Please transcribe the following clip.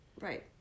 Right